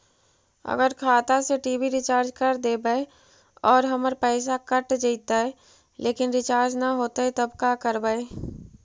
अगर खाता से टी.वी रिचार्ज कर देबै और हमर पैसा कट जितै लेकिन रिचार्ज न होतै तब का करबइ?